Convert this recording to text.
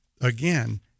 again